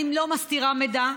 אני לא מסתירה מידע.